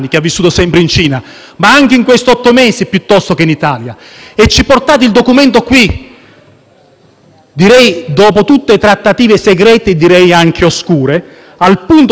dopo tutte le trattative segrete, e direi anche oscure, al punto tale che, signor Primo Ministro, la stessa maggioranza le presenta un documento anomalo.